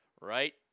right